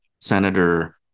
Senator